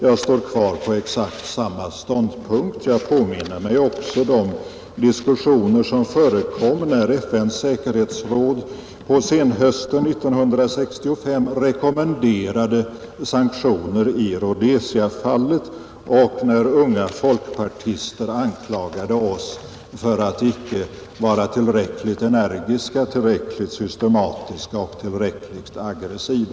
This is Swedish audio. Jag står kvar på exakt samma ståndpunkt. Jag påminner mig också de diskussioner som förekom när FN:s säkerhetsråd på senhösten 1965 rekommenderade sanktioner i Rhodesiafallet och när unga folkpartister anklagade oss för att icke vara tillräckligt energiska, tillräckligt systematiska och tillräckligt aggressiva.